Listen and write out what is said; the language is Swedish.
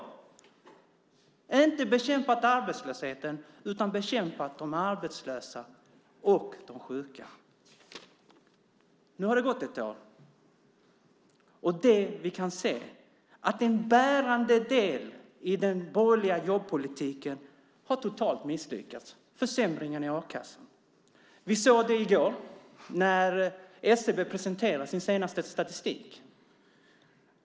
Man har inte bekämpat arbetslösheten, utan de arbetslösa och de sjuka. Nu har det gått ett år. Vi kan se att en bärande del i den borgerliga jobbpolitiken totalt har misslyckats. Det gäller försämringarna i a-kassan. Vi såg det i går när SCB presenterade sin senaste statistik.